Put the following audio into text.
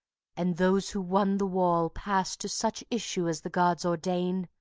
and those who won the wall pass to such issue as the gods ordain?